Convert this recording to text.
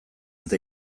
eta